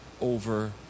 over